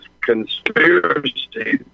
conspiracy